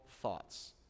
thoughts